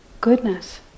goodness